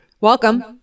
welcome